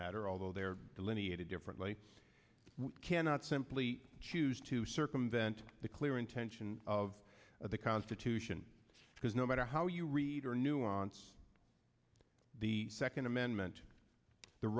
matter although there delineated differently we cannot simply choose to circumvent the clear intention of the constitution because no matter how you read or nuance the second amendment the